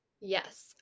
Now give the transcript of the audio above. Yes